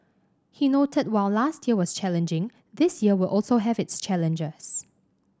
he noted while last year was challenging this year will also have its challenges